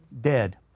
Dead